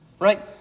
Right